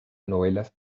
novelas